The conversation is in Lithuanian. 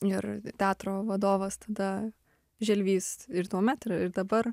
ir teatro vadovas tada želvys ir tuomet ir dabar